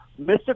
Mr